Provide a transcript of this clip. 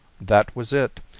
that was it.